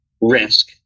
risk